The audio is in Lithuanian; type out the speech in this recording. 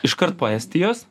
iškart po estijos